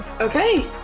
Okay